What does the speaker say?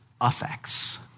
affects